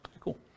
Cool